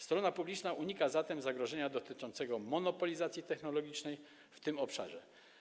Strona publiczna unika zatem zagrożenia dotyczącego monopolizacji technologicznej w tym obszarze.